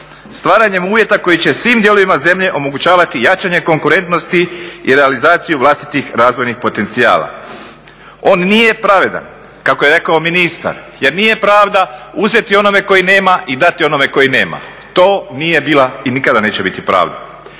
stvaranjem uvjeta koji će svim dijelovima zemlje omogućavati jačanje konkurentnosti i realizaciju vlastitih razvojnih potencijala. On nije pravedan, kako je rekao ministar jer nije pravda uzeti onome koji nema i dati onome koji nema, to nije bila i nikada neće biti pravda.